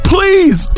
Please